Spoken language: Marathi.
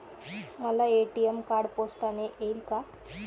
मला ए.टी.एम कार्ड पोस्टाने येईल का?